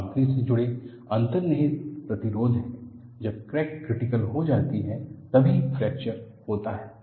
सामग्री से जुड़ा अंतर्निहित प्रतिरोध है जब क्रैक क्रीटीकल हो जाती है तभी फ्रैक्चर होता है